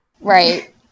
Right